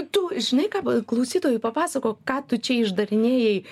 tu žinai ką klausytojui papasakok ką tu čia išdarinėji